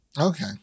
Okay